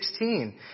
16